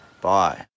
Bye